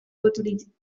pot